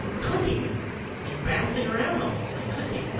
clicking in there, like bouncing around almost, like clicking. like